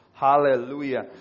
Hallelujah